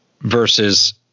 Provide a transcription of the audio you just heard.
Versus